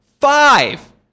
Five